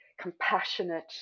compassionate